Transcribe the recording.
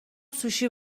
سوشی